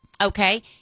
okay